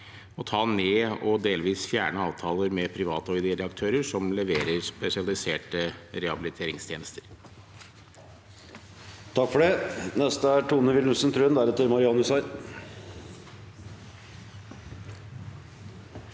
å ta ned og delvis fjerne avtaler med private og ideelle aktører som leverer spesialiserte rehabiliteringstjenester.